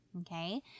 okay